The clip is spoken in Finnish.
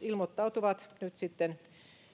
ilmoittautuvat nyt sitten